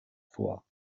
vor